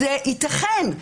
זה ייתכן,